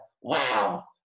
wow